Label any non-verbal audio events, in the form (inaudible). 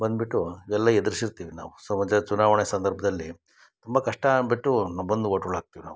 ಬಂದುಬಿಟ್ಟು ಇದೆಲ್ಲ ಎದುರಿಸಿರ್ತಿವಿ ನಾವು (unintelligible) ಚುನಾವಣೆ ಸಂದರ್ಭದಲ್ಲಿ ತುಂಬ ಕಷ್ಟ ಬಿಟ್ಟು ಬಂದು ವೋಟುಗಳು ಹಾಕ್ತೀವಿ ನಾವು